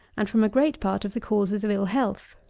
and from a great part of the causes of ill-health,